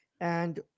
And-